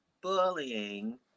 bullying